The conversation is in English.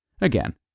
Again